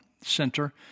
center